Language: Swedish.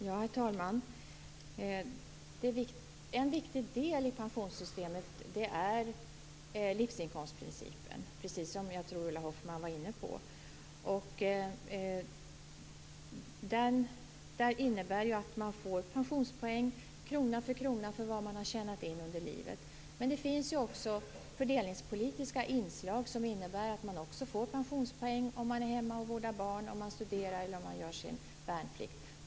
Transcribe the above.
Herr talman! En viktig del i pensionssystemet är livsinkomstprincipen, som också Ulla Hoffmann var inne på. Den innebär att man får pensionspoäng krona för krona för vad man har tjänat under livet. Det finns också fördelningspolitiska inslag som innebär att man också får pensionspoäng om man är hemma och vårdar barn, studerar eller gör sin värnplikt.